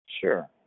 Sure